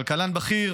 לכלכלן בכיר,